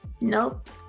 nope